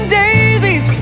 daisies